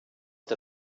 der